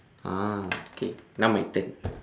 ah okay now my turn